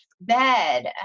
bed